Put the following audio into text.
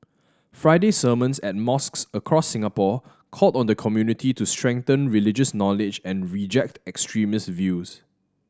Friday sermons at mosques across Singapore called on the community to strengthen religious knowledge and reject extremist views